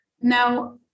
Now